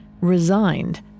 Resigned